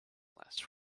last